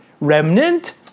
remnant